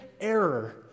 error